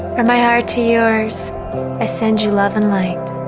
from my heart to yours i send you love and light